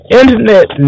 internet